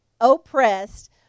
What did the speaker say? oppressed